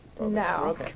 no